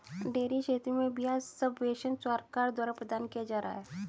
dairy क्षेत्र में ब्याज सब्वेंशन सरकार द्वारा प्रदान किया जा रहा है